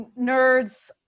nerds